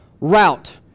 route